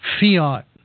fiat